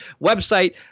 Website